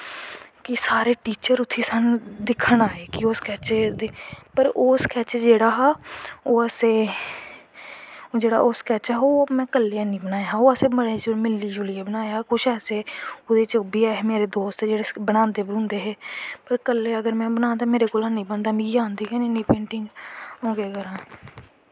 कि सारे टीचर दिक्खन आए कि स्कैच पर ओह् स्कैच जेह्ड़ा हा ओह् असें जेह्ड़ा ओह् स्कैच में कल्लिया नी बनाया हा ओह् असैं मिलियै जुलियै बनाया हा कुछ ऐसे बिच्च ओह् बी ऐहे हे मेरे दोस्त दूस्त जेह्ड़े बनांदे हे कल्ले अगर में बनांनां होंदे हा के में नेंई ही बनना मिगी आंदी गै नेंई इन्नी पेंटिंग अ'ऊं केह् करां